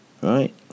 right